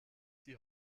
die